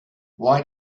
why